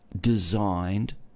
designed